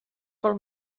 pel